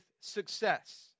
success